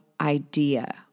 idea